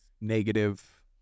negative